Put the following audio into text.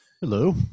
Hello